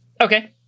Okay